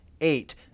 eight